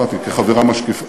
יש הרבה מנועים,